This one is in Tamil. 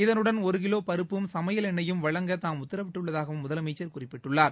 இதனுடன் ஒரு கிலோ பருப்பும் சமையல் எண்ணெய்யும் வழங்க தாம் உத்தரவிட்டுள்ளதாகவும் முதலமைச்சர் குறிப்பிட்டுள்ளார்